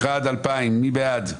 מתייחסת להסתייגויות 1920-1901 מי בעד?